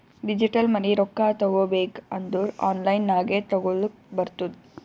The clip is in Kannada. ಡಿಜಿಟಲ್ ಮನಿ ರೊಕ್ಕಾ ತಗೋಬೇಕ್ ಅಂದುರ್ ಆನ್ಲೈನ್ ನಾಗೆ ತಗೋಲಕ್ ಬರ್ತುದ್